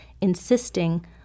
insisting